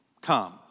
come